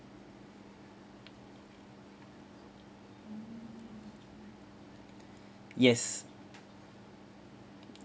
yes